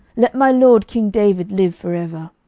let my lord king david live for ever.